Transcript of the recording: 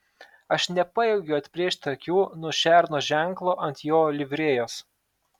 aš nepajėgiu atplėšti akių nuo šerno ženklo ant jo livrėjos